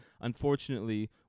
unfortunately